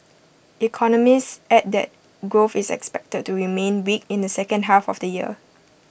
economists added that growth is expected to remain weak in the second half of the year